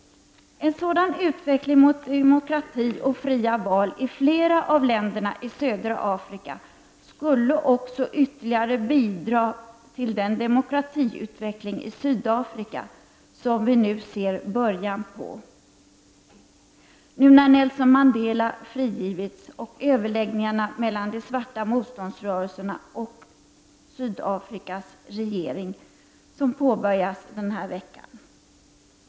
En sådan utveckling mot demokrati och fria val i flera av länderna i södra Afrika skulle också ytterligare bidra till den demokratiutveckling i Sydafrika som vi nu ser början på i och med att Nelson Mandela frigivits och överläggningar mellan de svarta motståndsrörelserna och Sydafrikas regering påbörjas denna vecka.